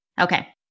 Okay